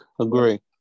Agree